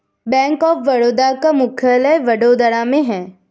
bank of Baroda का मुख्यालय वडोदरा में है